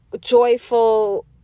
joyful